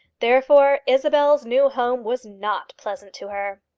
therefore isabel's new home was not pleasant to her.